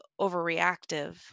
overreactive